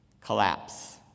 Collapse